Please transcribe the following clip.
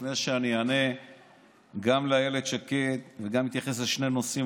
לפני שאענה גם לאיילת שקד וגם אתייחס לשני נושאים,